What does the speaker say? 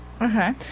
Okay